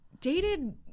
dated